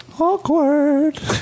Awkward